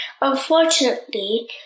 Unfortunately